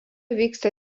vyksta